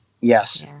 Yes